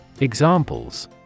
Examples